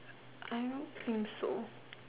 I don't think so